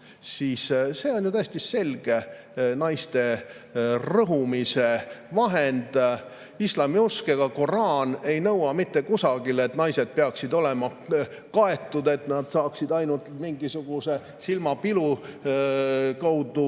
kandma, on ju täiesti selged naiste rõhumise vahendid. Islami usk ega koraan ei nõua mitte kusagil, et naised peaksid olema kaetud, et nad saaksid ainult mingisuguse silmapilu kaudu